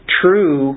true